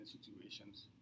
situations